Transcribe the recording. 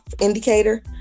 indicator